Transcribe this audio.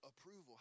approval